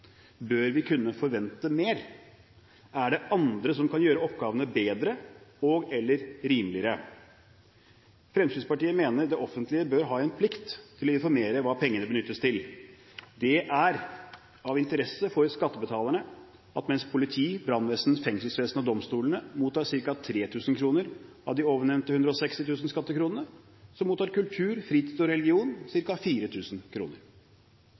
Bør vi kunne forvente mer? Er det andre som kan gjøre oppgavene bedre og/eller rimeligere? Fremskrittspartiet mener det offentlige bør ha en plikt til å informere om hva pengene benyttes til. Det er av interesse for skattebetalerne at mens politi, brannvesen, fengselsvesen og domstolene mottar ca. 3 000 kr av de ovennevnte 160 000 skattekronene, mottar kultur, fritid og religion